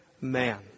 man